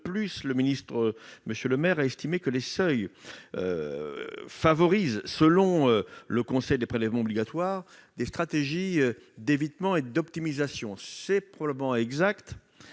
De plus, le ministre Bruno Le Maire a estimé que les seuils favorisaient, selon le Conseil des prélèvements obligatoires, des stratégies d'évitement et d'optimisation. C'est probablement exact